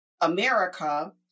America